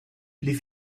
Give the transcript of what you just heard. ließ